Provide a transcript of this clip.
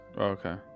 Okay